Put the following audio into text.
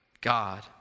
God